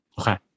okay